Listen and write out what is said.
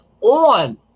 on